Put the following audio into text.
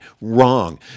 Wrong